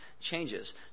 changes